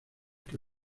que